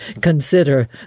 consider